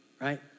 right